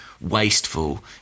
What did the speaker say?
wasteful